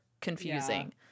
confusing